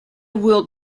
will